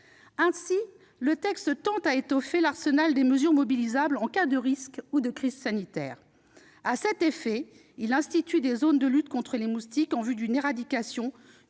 contacts. Le texte étoffe l'arsenal des mesures mobilisables en cas de risque ou de crise sanitaire. En particulier, il institue des zones de lutte contre les moustiques en vue d'une éradication,